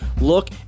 look